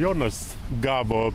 jonas gavo